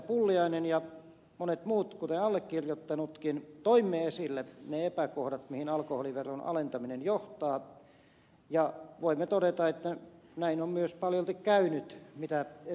pulliainen ja monet muut kuten allekirjoittanutkin toimme esille ne epäkohdat mihin alkoholiveron alentaminen johtaa ja voimme todeta että näin on myös paljolti käynyt mitä esille toimme